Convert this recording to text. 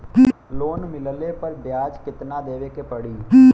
Loan मिलले पर ब्याज कितनादेवे के पड़ी?